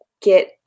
get